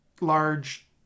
large